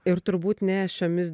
ir turbūt ne šiomis